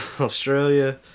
Australia